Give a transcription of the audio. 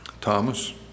Thomas